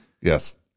Yes